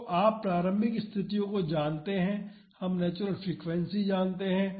तो आप प्रारंभिक स्थितियों को जानते हैं हम नेचुरल फ्रीक्वेंसी जानते हैं